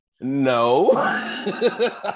no